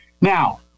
Now